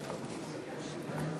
השבות),